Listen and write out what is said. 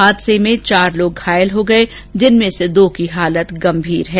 हादसे में चार लोग घायल हो गए जिनमें से दो की हालत गंभीर है